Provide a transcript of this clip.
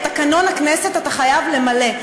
את תקנון הכנסת אתה חייב למלא.